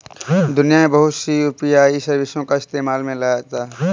दुनिया में बहुत सी यू.पी.आई सर्विसों को इस्तेमाल में लाया जाता है